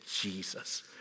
Jesus